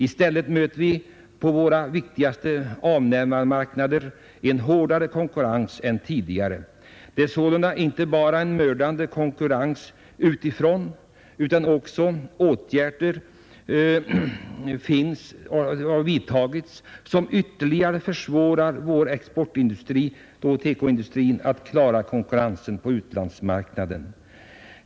I stället möter vi på våra viktigaste avnämarmarknader en hårdare konkurrens än tidigare.” Det förekommer sålunda inte bara en mördande konkurrens utifrån, utan att åtgärder vidtages; därutöver uppstår ytterligare svårigheter för vår exportindustri och speciellt för TEKO-industrin att klara konkurrensen på utlandsmarknaden.